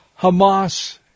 Hamas